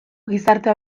gizartea